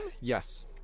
Yes